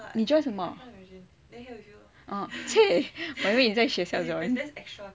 你 join 什么 chey 我以为你在学校 join